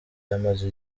yamaze